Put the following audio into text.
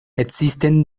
existen